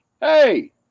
hey